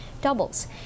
doubles